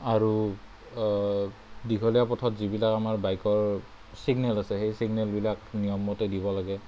আৰু দীঘলীয়া পথত যিবিলাক আমাৰ বাইকৰ চিগনেল আছে সেই চিগনেলবিলাক নিয়মমতে দিব লাগে